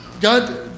God